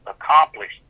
accomplished